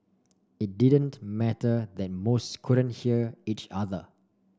it didn't matter that most couldn't hear each other